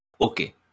okay